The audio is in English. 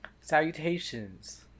Salutations